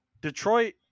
detroit